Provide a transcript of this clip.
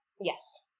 Yes